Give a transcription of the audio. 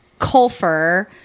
Colfer